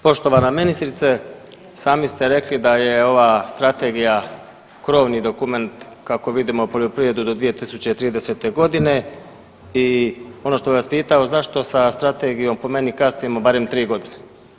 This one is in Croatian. Poštovana ministrice, sami ste rekli da je ova strategija krovni dokument kako vidimo poljoprivrede do 2030.g. i ono što bi vas pitao zašto sa strategijom po meni kasnimo barem 3.g.